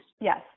Yes